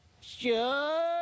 Sure